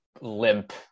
limp-